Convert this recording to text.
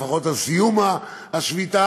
לפחות על סיום השביתה,